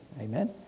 Amen